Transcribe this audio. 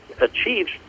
achieved